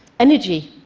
energy,